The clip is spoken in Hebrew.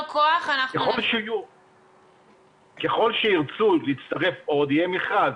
ככל שירצו להצטרף עוד יהיה מכרז.